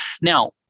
Now